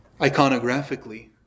iconographically